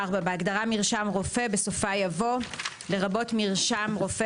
ממלכתי);" בהגדרה "מרשם רופא" בסופה יבוא: "לרבות מרשם רופא